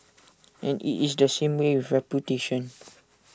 and IT is the same with reputation